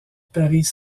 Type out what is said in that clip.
paris